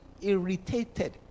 irritated